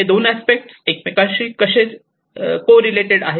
हे दोन अस्पेक्ट एकमेकांशी कसे को रिलेटेड आहेत